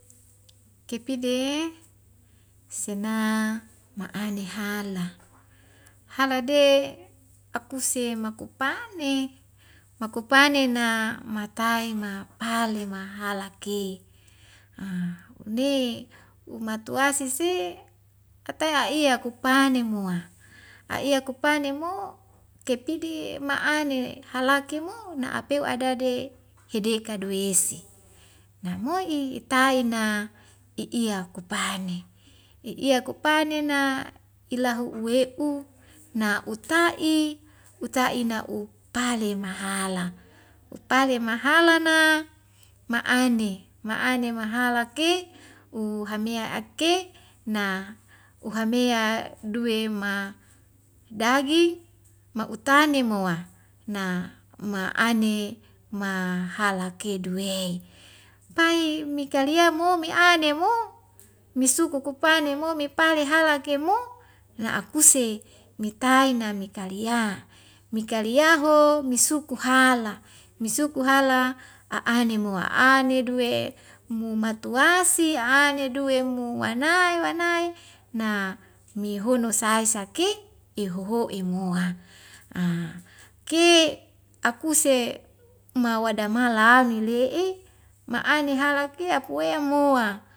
Kepide sena ma aine hala halade akuse maku pane makupane na matae ma palema halake a une umatuwasi se ata'iya kupane moa a'iya kupane mo kepide ma'ane halake mo na'apeu adade hedeka duwesi namoi'i itai na i'iya kupane i'iya kupane na ilahu uwepu na uta'i uta'ina u palemahala utane mahalana ma'aene ma'aene mahala ke u hamea ake na u hamea duwe ma dagi ma'utane moa na ma'ane m a hala ke duwei pai mika lia mo me aene mo mesuku kupane mo me pale halake mo la akuse metai na mi kali a mikalia ya ho misuku hala misuku hala a'ane moa ane duwe mu matuwasi ane duwe mu wanai wanai na mihono sai sake ihoho i mua a ke akuse ma wada ma la ali le'i ma'ane halak ke akuwea moa